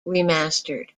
remastered